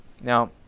Now